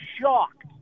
shocked